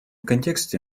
контексте